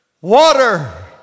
water